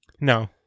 No